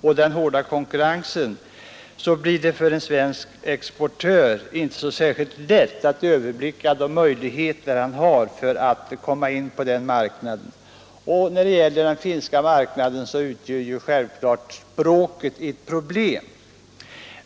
och den hårda konkurrensen blir det för en svensk exportör inte särskilt lätt att överblicka de möjligheter han har att komma in på marknaden. När det gäller den finska marknaden utgör självfallet språket ett problem.